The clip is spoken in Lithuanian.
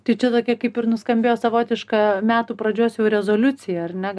tai čia tokia kaip ir nuskambėjo savotiška metų pradžios jau rezoliucija ar ne